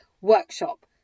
workshop